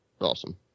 awesome